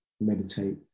meditate